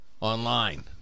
online